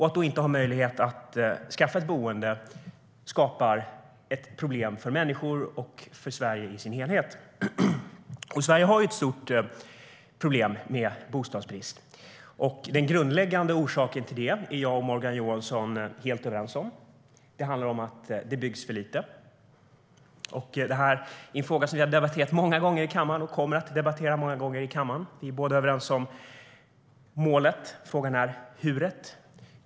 Att då inte ha möjlighet att skaffa ett boende skapar problem för människor och för Sverige i dess helhet. Sverige har ett stort problem med bostadsbrist. Den grundläggande orsaken till det är jag och Morgan Johansson helt överens om. Det handlar om att det byggs för lite. Det är en fråga som vi har debatterat många gånger i kammaren och som vi kommer att debattera många gånger framöver. Vi är båda överens om målet. Men frågan är "hur:et".